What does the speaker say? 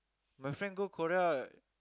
my friend go Korea